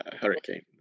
hurricane